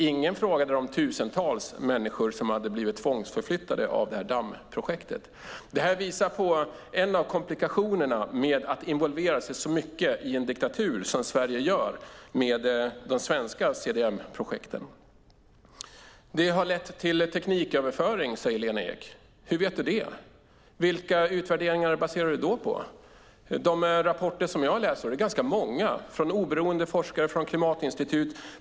Ingen frågade de tusentals människor som hade blivit tvångsförflyttade på grund av dammprojektet. Det här visar på en av komplikationerna med att involvera sig så mycket i en diktatur som Sverige gör med de svenska CDM-projekten. Det har lett till tekniköverföring, säger Lena Ek. Hur vet du det? Vilka utvärderingar baserar du det på? Jag har läst ganska många rapporter från oberoende forskare och klimatinstitut.